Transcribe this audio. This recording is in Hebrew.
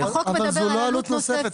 אבל זו לא עלות נוספת.